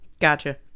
Gotcha